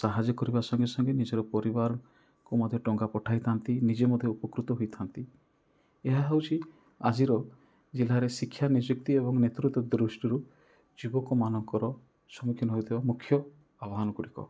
ସାହାଯ୍ୟ କରିବା ସଙ୍ଗେସଙ୍ଗେ ନିଜର ପରିବାରକୁ ମଧ୍ୟ ଟଙ୍କା ପଠାଇଥାନ୍ତି ନିଜେ ମଧ୍ୟ ଉପକୃତ ହୋଇଥାନ୍ତି ଏହା ହଉଛି ଆଜିର ଜିଲ୍ଲାରେ ଶିକ୍ଷା ନିଯୁକ୍ତି ଏବଂ ନେତୃତ୍ୱ ଦୃଷ୍ଟିରୁ ଯୁବକ ମାନଙ୍କର ସମ୍ମୁଖୀନ ହଉଥିବା ମୁଖ୍ୟ ଆହ୍ୱାନ ଗୁଡ଼ିକ